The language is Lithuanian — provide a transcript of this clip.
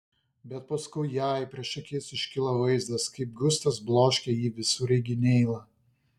bet paskui jai prieš akis iškilo vaizdas kaip gustas bloškia į visureigį neilą